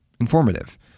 informative